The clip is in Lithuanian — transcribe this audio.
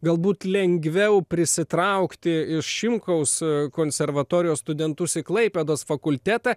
galbūt lengviau prisitraukti iš šimkaus konservatorijos studentus į klaipėdos fakultetą